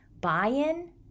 buy-in